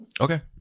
Okay